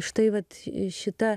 štai vat šita